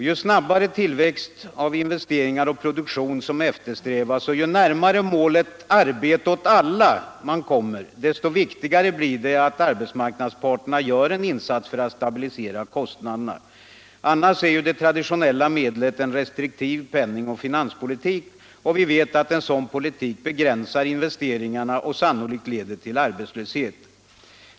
Ju snabbare tillväxt av investeringar och produktion som eftersträvas och ju närmare man kommer målet arbete åt alla, desto viktigare blir det att arbetsmarknadsparterna gör en insats för att stabilisera kostnaderna. Annars är ju det traditionella medlet en restriktiv penningoch finanspolitik, och vi vet att en sådan politik begränsar investeringarna och sannolikt leder till arbetslöshet.